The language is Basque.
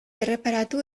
erreparatu